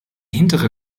hintere